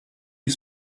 you